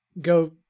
go